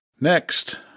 Next